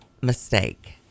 mistake